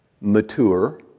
mature